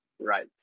right